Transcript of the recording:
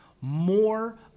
more